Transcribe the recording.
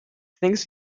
thinks